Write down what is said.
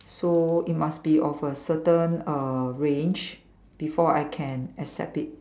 so it must be of a certain uh range before I can accept it